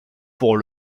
pour